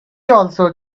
also